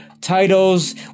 titles